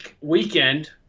weekend